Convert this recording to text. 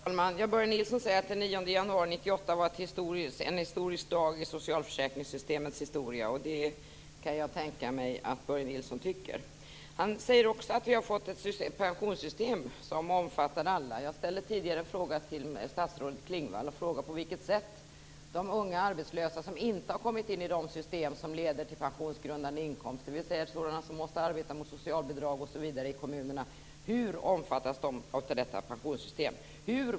Herr talman! Börje Nilsson säger att den 9 januari 1998 var en historisk dag i socialförsäkringssystemets historia. Det kan jag tänka mig att Börje Nilsson tycker. Han säger också att vi har fått ett pensionssystem som omfattar alla. Jag ställde tidigare en fråga till statsrådet Maj-Inger Klingvall. Jag frågade om de unga arbetslösa som inte har kommit in i det system som leder till pensionsgrundande inkomster, dvs. sådana som måste arbeta och få socialbidrag i kommunerna osv. Hur omfattas de av detta pensionssystem.